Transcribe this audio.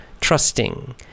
trusting